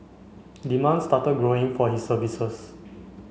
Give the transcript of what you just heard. demand started growing for his services